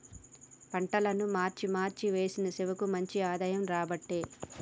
పంటలను మార్చి మార్చి వేశిన శివకు మంచి ఆదాయం రాబట్టే